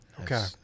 Okay